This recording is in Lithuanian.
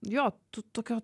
jo tu tokio